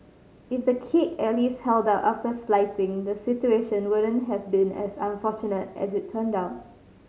if the cake at least held up after slicing the situation wouldn't have been as unfortunate as it turned out